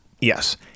Yes